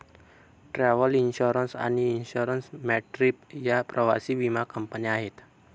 travel insurance आणि InsureMyTrip या प्रवासी विमा कंपन्या आहेत